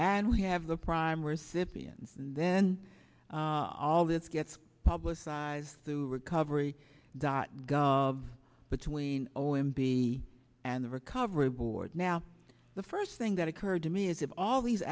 and we have the prime recipients and then all this gets publicized through recovery dot gov of between zero and be and the recovery board now the first thing that occurred to me is of all these